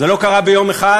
זה לא קרה ביום אחד,